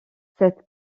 cette